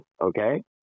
Okay